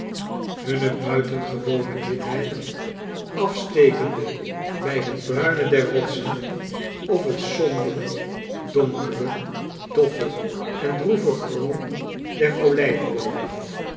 hunne buitengewone witheid afstekende hij het bruine der rotsen of het sombere donkere doffe en droeve groen der olijfboomen